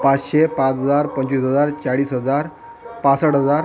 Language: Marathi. पाचशे पाच हजार पंचवीस हजार चाळीस हजार पासष्ट हजार